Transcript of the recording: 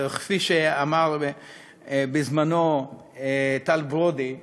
וכפי שאמר בזמנו טל ברודי: